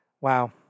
Wow